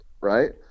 right